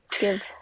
give